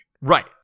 Right